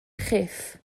chyff